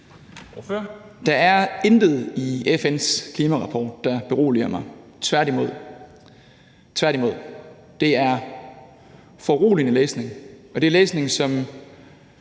Der er intet i FN's klimarapport, der beroliger mig – tværtimod! Det er foruroligende læsning, og det er læsning, som